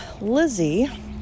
Lizzie